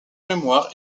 mémoire